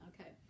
Okay